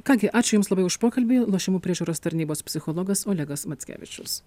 ką gi ačiū jums labai už pokalbį lošimų priežiūros tarnybos psichologas olegas mackevičius